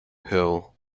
hill